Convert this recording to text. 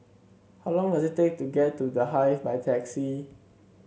how long does it take to get to The Hive by taxi